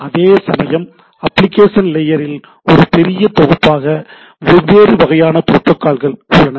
அதேசமயம் அப்ளிகேஷன் லேயரில் ஒரு பெரிய தொகுப்பாக வெவ்வேறு வகையான புரோட்டோகால்கள் உள்ளன